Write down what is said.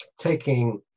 taking